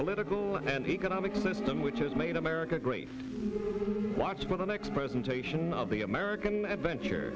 political and economic system which has made america great watch for the next presentation of the american adventure